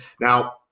Now